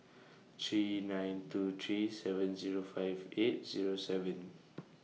three nine two three seven Zero five eight Zero seven